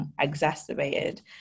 exacerbated